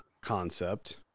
concept